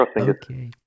okay